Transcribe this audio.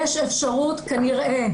יש אפשרות כנראה,